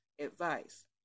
advice